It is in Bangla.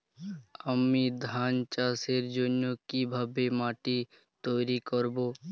আমি ধান চাষের জন্য কি ভাবে মাটি তৈরী করব?